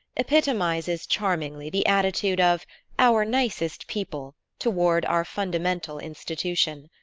epitomizes charmingly the attitude of our nicest people toward our fundamental institution.